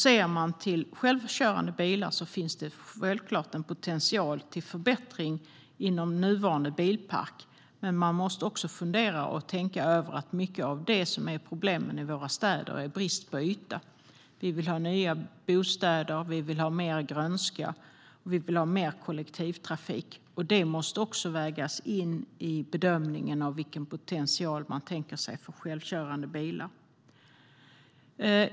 Ser vi till självkörande bilar finns det självklart potential till förbättring inom nuvarande bilpark, men man måste också fundera och tänka över att mycket av problemet i våra städer är brist på yta. Vi vill ha nya bostäder, vi vill ha mer grönska och vi vill ha mer kollektivtrafik. Det måste också vägas in i bedömningen av vilken potential man tänker sig för självkörande bilar.